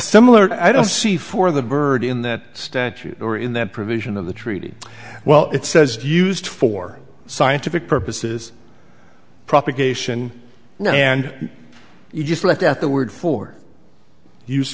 similar i don't see for the bird in that statute or in that provision of the treaty well it says used for scientific purposes propagation and you just left out the word for use